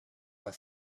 were